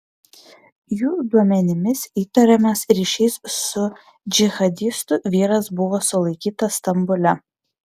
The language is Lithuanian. jų duomenimis įtariamas ryšiais su džihadistu vyras buvo sulaikytas stambule